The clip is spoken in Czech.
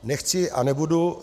Nechci a nebudu...